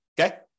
Okay